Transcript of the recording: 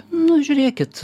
nu žiūrėkit